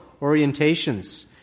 orientations